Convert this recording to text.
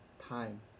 time